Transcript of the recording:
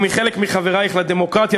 או מחלק מחברייך לדמוקרטיה,